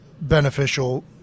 beneficial